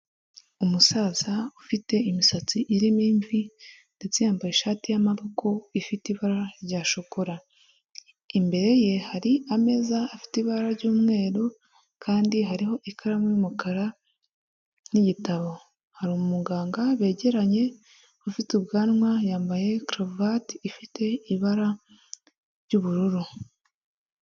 Umusaza ufite imisatsi irimo imvi ndetse yambaye ishati y'amaboko ifite ibara rya shokora, imbere ye hari ameza afite ibara ry'umweru kandi hariho ikaramu y'umukara n'igitabo hari umuganga begeranye ufite ubwanwa yambaye karuvati ifite ibara ry'ubururu.